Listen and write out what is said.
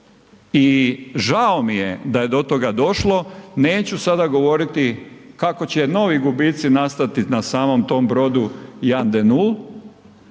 i žao mi je da je do toga došlo, neću sada govoriti kako će novi gubici nastati na samom tom brodu Jan